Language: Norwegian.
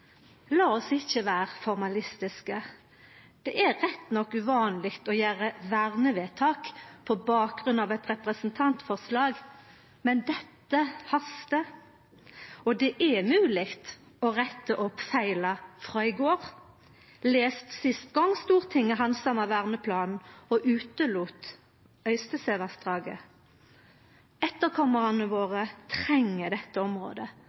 oss ikkje vera formalistiske. Det er rett nok uvanleg å gjera vernevedtak på bakgrunn av eit representantforslag, men dette hastar, og det er mogleg å retta opp feila frå i går – sist gong Stortinget handsama verneplanen og utelét Øystesevassdraget. Etterkomarane våre treng dette området,